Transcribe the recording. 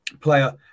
player